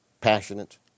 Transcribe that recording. passionate